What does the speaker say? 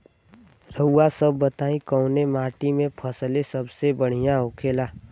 रउआ सभ बताई कवने माटी में फसले सबसे बढ़ियां होखेला?